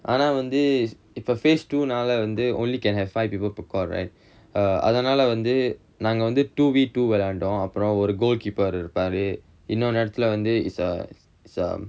ஆனா வந்து இப்ப:aanaa vanthu ippa phase two now lah வந்து:vanthu only can have five people per court right err அதனால வந்து நாங்க வந்து:athanaala vanthu naanga vanthu two verses two விளையாண்டோம் அப்புறம் ஒரு:vilaiyaandom appuram oru goal keeper இருப்பாரு இன்னொன்னு இடத்துல வந்து:iruppaaru innonnu idathula vanthu is a is a